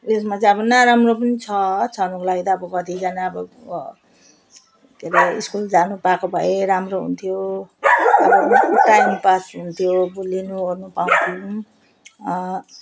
उयसमा चाहिँ अब नराम्रो पनि छ छनको लागि त अब कतिजना अब के अरे स्कुल जानु पाएको भए राम्रो हुन्थ्यो अब टाइमपास हुन्थ्यो भुलिनुओर्नु पाउँथ्यौँ